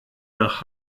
nach